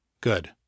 Good